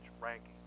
ranking